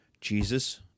Jesus